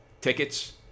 tickets